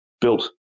built